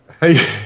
Hey